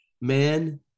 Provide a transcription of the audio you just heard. man